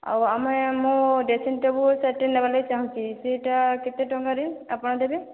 ଆଉ ଆମେ ମୁଁ ଡ୍ରେସିଙ୍ଗ ଟେବଲ୍ ସେଟ୍ଟି ନେବା ଲାଗି ଚାଁହୁଛି ସେଇଟା କେତେ ଟଙ୍କାରେ ଆପଣ ଦେବେ